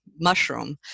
mushroom